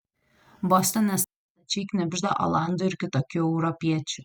bostone stačiai knibžda olandų ir kitokių europiečių